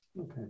Okay